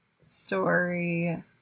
story